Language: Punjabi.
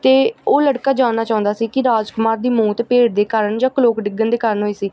ਅਤੇ ਉਹ ਲੜਕਾ ਜਾਣਨਾ ਚਾਹੁੰਦਾ ਸੀ ਕਿ ਰਾਜਕੁਮਾਰ ਦੀ ਮੌਤ ਭੇਡ ਦੇ ਕਾਰਨ ਜਾਂ ਕਲੋਕ ਡਿੱਗਣ ਦੇ ਕਾਰਨ ਹੋਈ ਸੀ